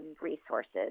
resources